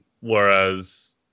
Whereas